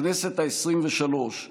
הכנסת העשרים-ושלוש,